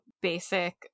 basic